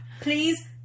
please